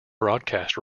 broadcast